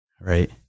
right